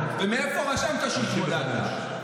ומאיפה רשמת שהתמודדת.